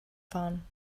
fahren